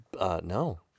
No